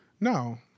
No